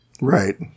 Right